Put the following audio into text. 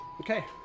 Okay